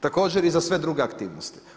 Također i za sve druge aktivnosti.